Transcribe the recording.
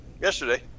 yesterday